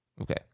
Okay